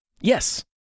Yes